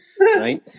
right